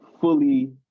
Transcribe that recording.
fully